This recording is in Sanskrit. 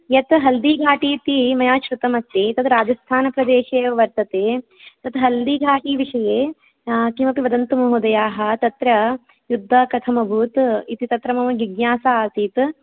यत् हल्दिघाट् इति मया श्रुतमस्ति तद् राजस्थानप्रदेशे वर्तते तद्हल्दिघाटिविषये किमपि वदन्तु महोदयाः तत्र युद्धः कथमभूत् इति तत्र मम जिज्ञासा आसीत्